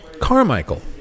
Carmichael